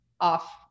off